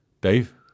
Dave